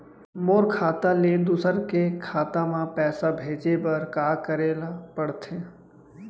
मोर खाता ले दूसर के खाता म पइसा भेजे बर का करेल पढ़थे?